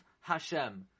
Hashem